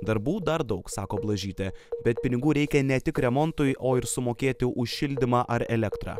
darbų dar daug sako blažytė bet pinigų reikia ne tik remontui o ir sumokėti už šildymą ar elektrą